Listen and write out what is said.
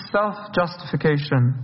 self-justification